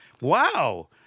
Wow